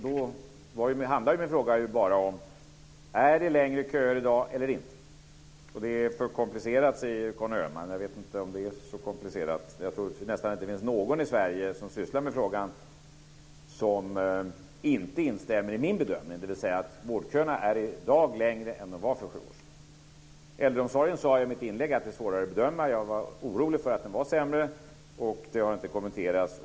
Då handlade min fråga bara om detta: Är det längre köer i dag eller inte? Det är för komplicerat, säger Conny Öhman. Jag vet inte om det är så komplicerat. Jag tror nästan inte att det finns någon i Sverige som sysslar med frågan som inte instämmer med min bedömning, dvs. att vårdköerna i dag är längre än de var för sju år sedan. I fråga om äldreomsorgen sade jag i mitt inlägg att det är svårare att bedöma. Jag var orolig för att det var sämre. Det har inte kommenterats.